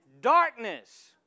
darkness